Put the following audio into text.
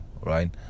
right